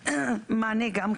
גם כן מענה.